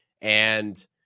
And-